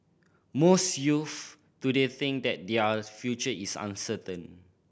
most youth today think that their future is uncertain